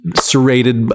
serrated